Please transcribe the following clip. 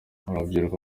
urubyiruko